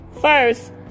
first